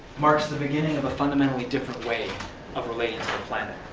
marks the beginning of a fundamentally different way of relating to the planet.